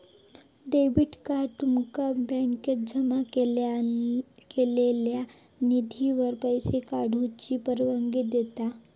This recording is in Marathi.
डेबिट कार्ड तुमका बँकेत जमा केलेल्यो निधीवर पैसो काढूची परवानगी देता